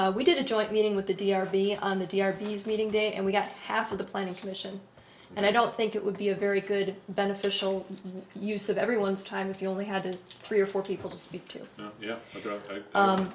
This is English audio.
we did a joint meeting with the d r v on the d r v's meeting day and we got half of the planning commission and i don't think it would be a very good beneficial use of everyone's time if you only had three or four people to speak to